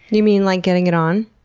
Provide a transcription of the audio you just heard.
you mean like getting it on?